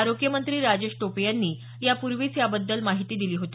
आरोग्य मंत्री राजेश टोपे यांनी यापूर्वीच याबद्दल माहिती दिली होती